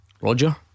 Roger